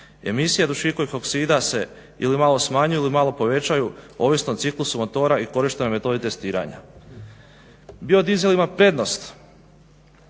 Emisija dušikovih oksida se ili malo smanjuje ili malo povećaju ovisno o ciklusu motora i korištenja metode testiranja. Biodizel ima prednost